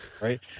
right